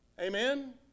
Amen